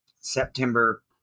September